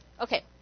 Okay